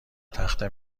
تخته